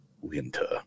Winter